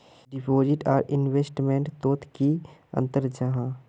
Deposit आर investment तोत की अंतर जाहा?